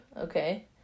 Okay